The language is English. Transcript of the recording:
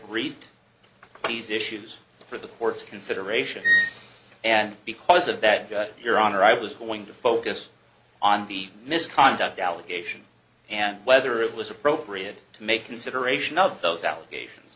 greet these issues for the courts consideration and because of that your honor i was going to focus on the misconduct allegation and whether it was appropriate to make consideration of those allegations